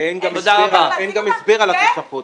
גם אין הסבר על התוספות.